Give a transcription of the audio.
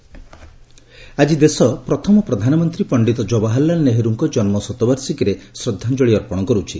PM tribute ଆକି ଦେଶ ପ୍ରଥମ ପ୍ରଧାନମନ୍ତ୍ରୀ ପଣ୍ଡିତ କବାହରଲାଲ ନେହେରୁଙ୍କ ଜନ୍ମ ଶତବାର୍ଷିକୀରେ ଶ୍ରଦ୍ଧାଞ୍ଜଳୀ ଅର୍ପଣ କରିଛି